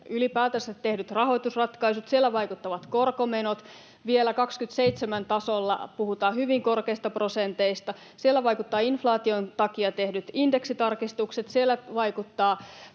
sote, tehdyt rahoitusratkaisut ylipäätänsä, siellä vaikuttavat korkomenot — vielä vuoden 27 tasolla puhutaan hyvin korkeista prosenteista —, siellä vaikuttavat inflaation takia tehdyt indeksitarkistukset, siellä vaikuttaa